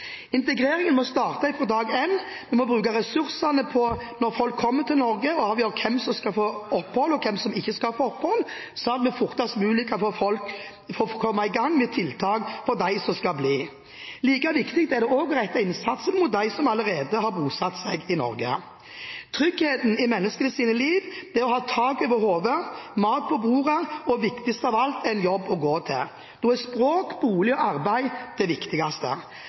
Integreringen må starte fra dag én. Når folk kommer til Norge, må vi bruke ressursene på å avgjøre hvem som skal få opphold, og hvem som ikke skal få opphold. Slik kan vi fortest mulig komme i gang med tiltak for dem som skal bli. Like viktig er det å rette innsatsen mot dem som allerede har bosatt seg i Norge. Tryggheten i menneskers liv er å ha tak over hodet, mat på bordet og – viktigst av alt – en jobb å gå til. Da er språk, bolig og arbeid det viktigste.